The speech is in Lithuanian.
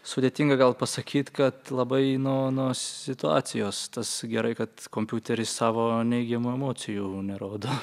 sudėtinga gal pasakyt kad labai nu nuo situacijos tas gerai kad kompiuteris savo neigiamų emocijų nerodo